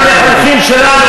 חבר הכנסת.